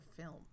film